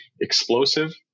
explosive